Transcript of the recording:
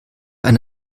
eine